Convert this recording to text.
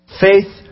Faith